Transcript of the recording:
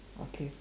okay